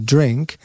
Drink